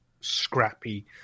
scrappy